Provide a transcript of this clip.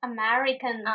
American